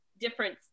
different